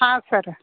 ಹಾಂ ಸರ್